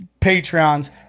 Patreons